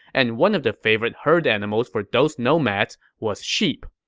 and one of the favorite herd animals for those nomads was sheep.